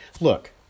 Look